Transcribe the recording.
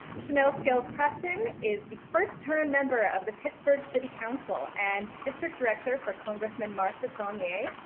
shanelle scales-preston is the first-term member of the pittsburgh city council and district director for congressman mark desaulnier.